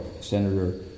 Senator